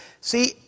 see